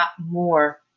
more